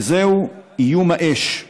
וזהו איום האש,